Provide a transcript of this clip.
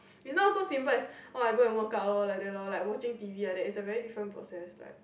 is not so simple as !wah! I go and workout loh like that loh like watching t_v like that is a very different process like